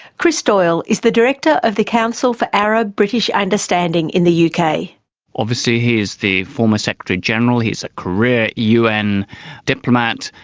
chris doyle is the director of the council for arab british understanding in the yeah uk. obviously he is the former secretary-general, he is a career un diplomat,